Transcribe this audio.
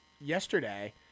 yesterday